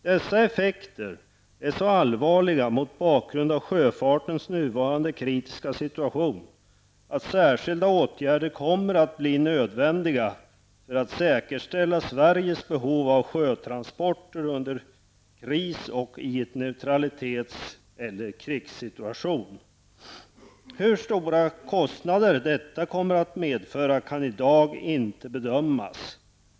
Dessa effekter är så allvarliga mot bakgrund av sjöfartens nuvarande kritiska situation att särskilda åtgärder kommer att bli nödvändiga för att säkerställa Sveriges behov av sjötransporter under kris och i en neutralitets eller krigssituation. Hur stora kostnader detta kommer att medföra kan i dag inte bedömas.